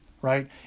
Right